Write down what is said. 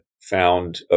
found